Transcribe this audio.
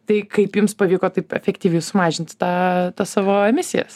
tai kaip jums pavyko taip efektyviai sumažinti tą savo emisijas